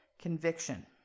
Conviction